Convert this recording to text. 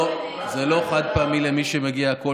אבל לא, זה לא חד-פעמי למי שמגיע כל פעם.